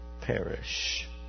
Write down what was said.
perish